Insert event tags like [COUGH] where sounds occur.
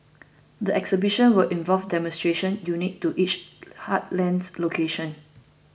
the exhibitions will involve demonstrations unique to each [NOISE] heartland location